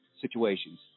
situations